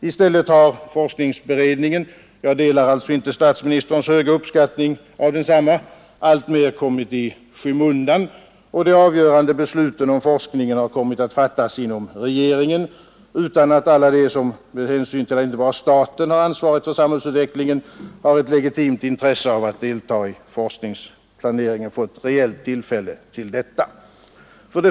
I stället har forskningsberedningen — jag delar alltså inte statsministerns höga uppskattning av densamma — alltmer kommit i skymundan. De avgörande besluten om forskningen har kommit att fattas inom regeringen utan att alla de som — med hänsyn till att inte bara staten har ansvar för samhällsutvecklingen — har ett legitimt intresse att delta i forskningsplaneringen fått reellt tillfälle till detta.